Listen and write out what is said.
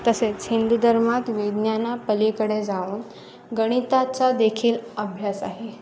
तसेच हिंदू धर्मात विज्ञानापलीकडे जाऊन गणिताचा देखील अभ्यास आहे